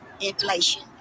inflation